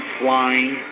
flying